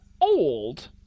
old